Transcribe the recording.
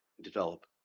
develop